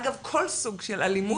אגב, כל סוג של אלימות,